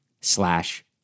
slash